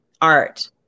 Art